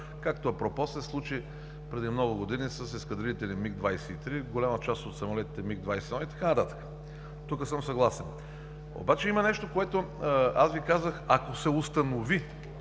както апропо се случи преди много години с изстребители МиГ- 23, голяма част от самолетите МиГ-21 и така нататък. Тук съм съгласен. Обаче има нещо, което аз Ви казах – ако се установи,